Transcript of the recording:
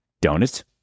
Donuts